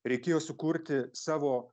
reikėjo sukurti savo